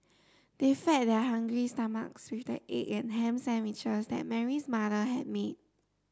they fed their hungry stomachs with the egg and ham sandwiches that Mary's mother had made